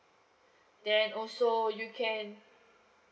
then also you can